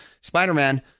Spider-Man